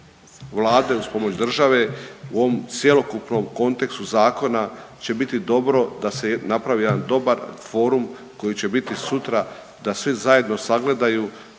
Vlade, uz pomoć države u ovom cjelokupnom kontekstu zakona će biti dobro da se napravi jedan dobar forum koji će biti sutra da svi zajedno sagledaju